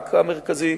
לבנק המרכזי,